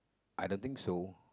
I don't think so